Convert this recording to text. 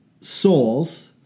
souls